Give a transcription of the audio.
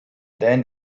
then